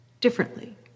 differently